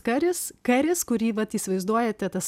karis karis kūrį vat įsivaizduojate tas